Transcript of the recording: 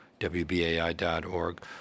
WBAI.org